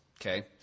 Okay